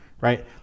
Right